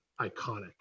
iconic